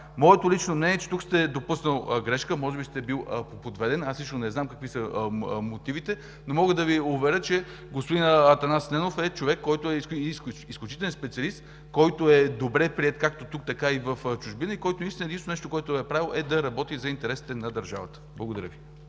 Моето лично мнение е, че тук сте допуснали грешка, може би сте били подведен. Аз лично не знам какви са мотивите, но мога да Ви уверя, че господин Атанас Ненов е изключителен специалист, който е добре приет както тук, така и в чужбина, и единственото нещо, което е правил, е да работи за интересите на държавата. Благодаря Ви.